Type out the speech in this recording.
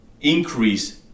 increase